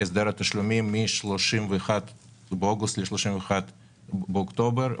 התשלומים מ-31 באוגוסט ל-31 באוקטובר.